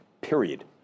period